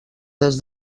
des